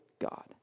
God